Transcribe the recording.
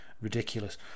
ridiculous